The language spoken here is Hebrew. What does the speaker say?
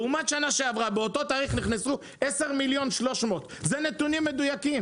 בשנה שעברה באותו התאריך נכנסו 10,300,000. אלה נתונים מדויקים.